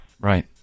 Right